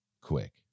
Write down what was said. quick